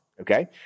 okay